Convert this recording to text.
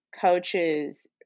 coaches